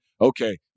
okay